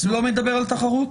הוא לא מדבר על תחרות?